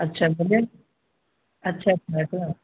اچھا بجٹ اچھا میں تو ہوں